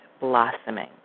blossoming